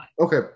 Okay